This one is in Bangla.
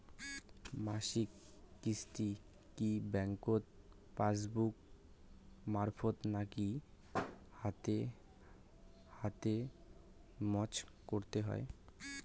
মাসিক কিস্তি কি ব্যাংক পাসবুক মারফত নাকি হাতে হাতেজম করতে হয়?